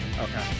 Okay